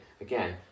Again